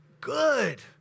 good